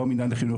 לא מינהל החינוך,